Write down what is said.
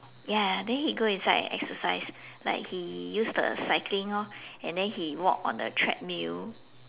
ya then he go inside and exercise like he use the cycling lor and then he walk on on the treadmill